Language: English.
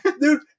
Dude